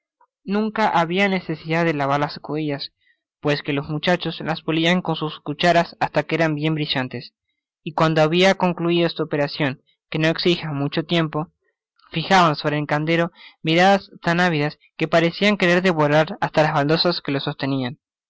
nunca habia necesidad de lavar las escudillas pues que los muchachos las pulian con sus cucharas hasta que eran bien brillantes y cuando habian concluido esta operacion que no ecsijia mucho tiempo fijaban sobre el caldero miradas tan avidas que parecian querer devorar hasta las baldosas que lo sostenian